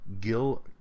Gil